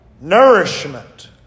nourishment